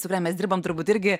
su kuria mes dirbam turbūt irgi